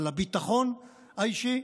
על הביטחון האישי,